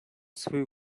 свою